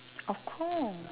of course